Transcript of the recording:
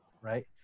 Right